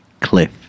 Cliff